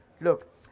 Look